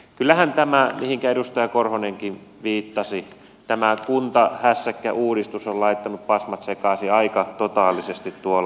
kyllähän tämä mihinkä edustaja korhonenkin viittasi kuntahässäkkäuudistus on laittanut pasmat sekaisin aika totaalisesti tuolla